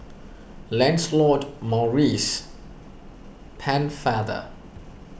Lancelot Maurice Pennefather